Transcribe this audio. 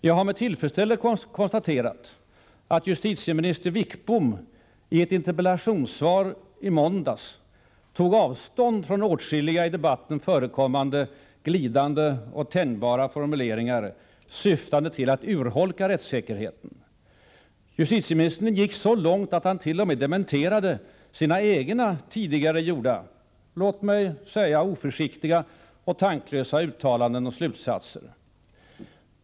Jag har med tillfredsställelse konstaterat att justitieminister Sten Wickbom i ett interpellationssvar i måndags tog avstånd från åtskilliga i debatten förekommande glidande och tänjbara formuleringar, syftande till att urholka rättssäkerheten. Justitieministern gick så långt att han t.o.m. dementerade sina egna tidigare gjorda, låt mig säga oförsiktiga och tanklösa, uttalanden och slutsatser.